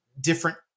different